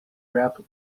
rap